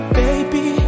baby